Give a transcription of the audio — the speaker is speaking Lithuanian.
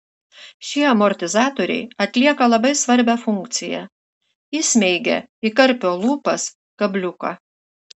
šie amortizatoriai atlieka labai svarbią funkciją įsmeigia į karpio lūpas kabliuką